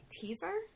teaser